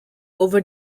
over